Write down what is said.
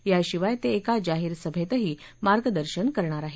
याशिवाय ते एका जाहीर सभेतही मार्गदर्शन करणार आहेत